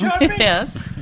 Yes